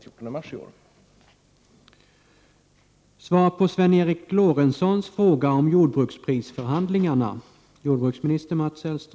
Jag avser att besvara interpellationen den 14 mars i år.